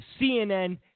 CNN